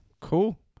Cool